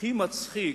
והכי מצחיק